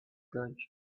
glance